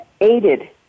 aided